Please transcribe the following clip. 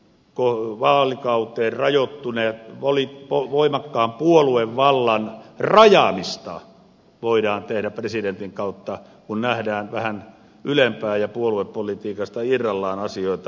vaalikauteen rajoittuneen voimakkaan puoluevallan rajaamista voidaan tehdä presidentin kautta kun nähdään vähän ylempää ja puoluepolitiikasta irrallaan asioita